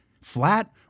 flat